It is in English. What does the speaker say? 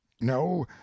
no